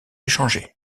échangé